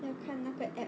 要看那个 app~